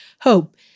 hope